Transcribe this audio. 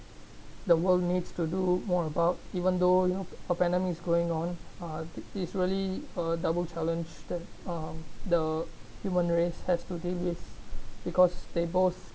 the world needs to do more about even though you know a pandemic is going on uh it's really a double challenge that uh the human race has to deal with because they both